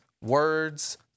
words